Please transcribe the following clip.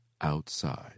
outside